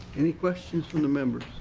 any questions from members?